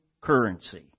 currency